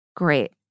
Great